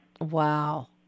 Wow